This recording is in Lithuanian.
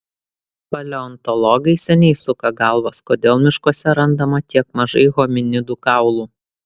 paleontologai seniai suka galvas kodėl miškuose randama tiek mažai hominidų kaulų